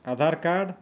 Aadhaar card